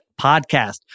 podcast